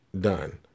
done